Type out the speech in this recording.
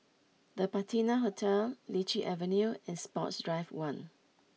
the Patina Hotel Lichi Avenue and Sports Drive one